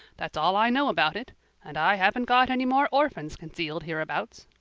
that's all i know about it and i haven't got any more orphans concealed hereabouts.